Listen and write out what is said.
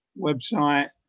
website